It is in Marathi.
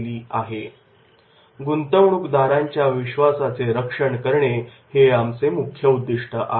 स्लाइड वेळ पहा 3003 गुंतवणूकदारांच्या विश्वासाचे रक्षण करणे हे आमचे मुख्य उद्दिष्ट आहे